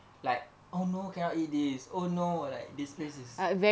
like oh no I cannot eat it's oh no like this place is